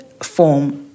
form